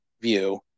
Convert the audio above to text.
view